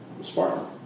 Spartan